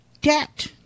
debt